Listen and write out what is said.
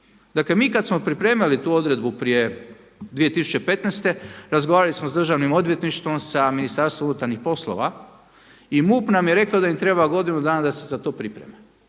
Dakle, mi kad smo pripremali tu odredbu prije 2015. razgovarali smo sa Državnim odvjetništvom, sa Ministarstvom unutarnjih poslova i MUP nam je rekao da im treba godinu dana da se za to pripreme.